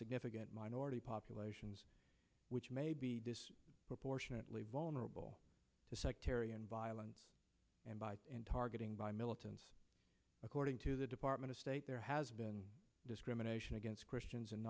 significant minority populations which may be proportionately vulnerable to sectarian violence and by targeting by militants according to the department of state there has been discrimination against christians and